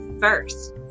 first